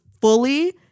fully